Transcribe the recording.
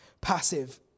passive